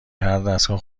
هردستگاه